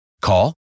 Call